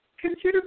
consider